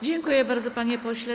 Dziękuję bardzo, panie pośle.